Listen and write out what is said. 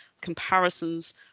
comparisons